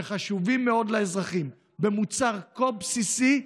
שחשובים מאוד לאזרחים במוצר כה בסיסי,